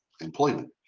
employment